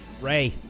Ray